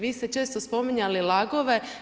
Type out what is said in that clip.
Vi ste često spominjali LAG-ove.